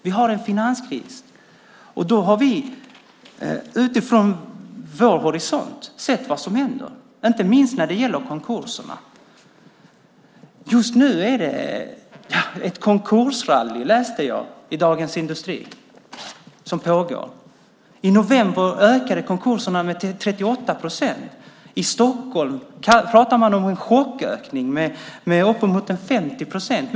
Vi har en finanskris, och vi har utifrån vår horisont sett vad som händer inte minst när det gäller konkurserna. Just nu pågår ett konkursrally läste jag i Dagens Industri. I november ökade konkurserna med 38 procent. I Stockholm talar man om en chockökning med mer än 50 procent.